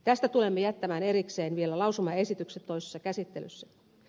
tästä tulemme jättämään erikseen vielä lausumaesityksen toisessa käsittelyssä